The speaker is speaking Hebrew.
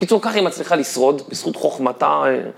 בקיצור ככה היא מצליחה לשרוד בזכות חוכמתה.